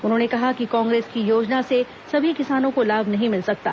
उन्होंने कहा कि कांग्रेस की योजना से सभी किसानों को लाभ नहीं मिल सकता